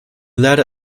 latter